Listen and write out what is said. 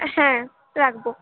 হ্যাঁ রাখব